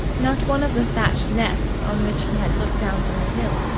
not one of the thatched nests on which he had looked down from the hill.